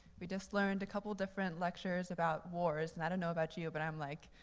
we just learned a couple of different lectures about wars. and i don't know about you, but i'm like,